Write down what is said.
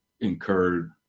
incurred